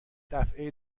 دفعه